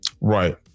Right